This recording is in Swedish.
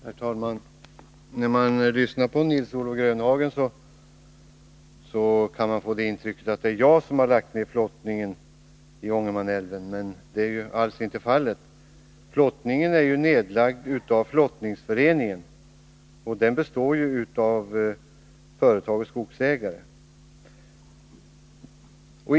Herr talman! När man lyssnar till Nils-Olof Grönhagen kan man få intrycket att det är jag som lagt ned flottningen i Ångermanälven, men det är allsinte fallet. Flottningen är nedlagd av flottningsföreningen, och den består av företag och skogsägare.